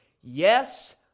Yes